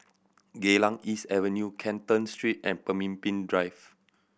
Geylang East Avenue Canton Street and Pemimpin Drive